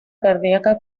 cardíaca